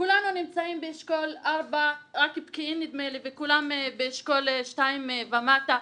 כולנו נמצאים אשכול 4 רק פקיעין נדמה לי והשאר באשכול שניים ומטה.